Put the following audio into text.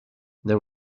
there